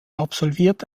absolvierte